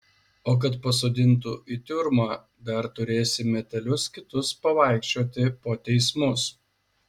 o kad pasodintų į tiurmą dar turėsi metelius kitus pavaikščioti po teismus